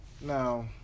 Now